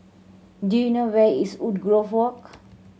do you know where is Woodgrove Walk